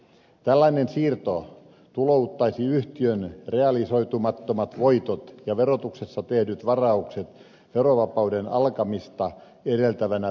tällainen siirto tulouttaisi yhtiön realisoitumattomat voitot ja verotuksessa tehdyt varaukset verovapauden alkamista edeltävänä verovuonna